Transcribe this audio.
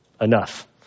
enough